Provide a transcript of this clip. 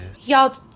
y'all